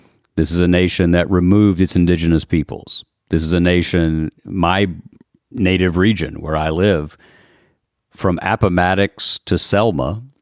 this is a nation that removed its indigenous peoples. this is a nation, my native region, where i live from appomattox to selma.